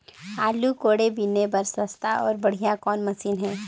आलू कोड़े बीने बर सस्ता अउ बढ़िया कौन मशीन हे?